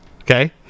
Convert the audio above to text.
okay